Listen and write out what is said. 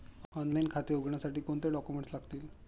Online खाते उघडण्यासाठी कोणते डॉक्युमेंट्स लागतील?